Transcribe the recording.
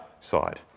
side